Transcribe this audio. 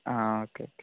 ആ okay okay